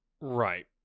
Right